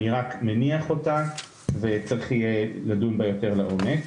אני רק מניח אותה וצריך יהיה לדון בה יותר לעומק.